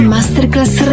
Masterclass